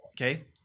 Okay